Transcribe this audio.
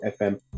FM